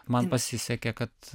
man pasisekė kad